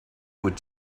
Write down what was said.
would